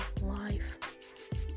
life